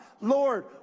Lord